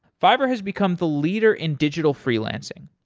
fiverr has become the leader in digital freelancing.